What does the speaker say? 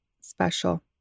special